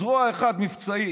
זרוע אחת מבצעית,